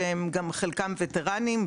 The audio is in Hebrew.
שחלקם גם וטרנים,